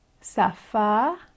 Safa